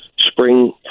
Spring